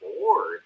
bored